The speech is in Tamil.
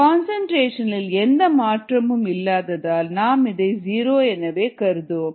கன்சன்ட்ரேஷன் இல் எந்த மாற்றமும் இல்லாததால் நாம் இதை ஜீரோ என கருதுவோம்